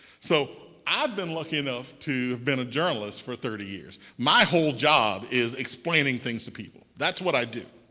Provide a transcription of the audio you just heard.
so i've been lucky enough to have been a journalist for thirty years. my whole job is explaining things to people. that's what i do.